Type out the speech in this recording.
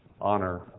Honor